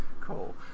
Cool